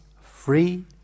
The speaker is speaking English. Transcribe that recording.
free